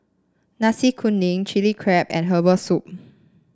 Nasi Kuning Chilli Crab and Herbal Soup